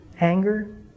anger